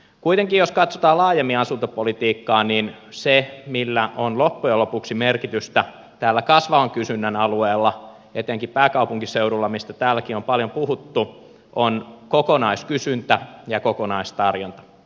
kuitenkin jos katsotaan laajemmin asuntopolitiikkaa niin se millä on loppujen lopuksi merkitystä täällä kasvavan kysynnän alueella etenkin pääkaupunkiseudulla mistä täälläkin on paljon puhuttu on kokonaiskysyntä ja kokonaistarjonta